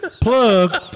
plug